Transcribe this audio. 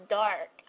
dark